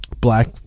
black